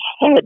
head